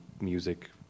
music